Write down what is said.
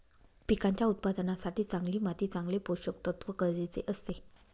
पिकांच्या उत्पादनासाठी चांगली माती चांगले पोषकतत्व गरजेचे असते